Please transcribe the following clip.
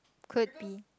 could be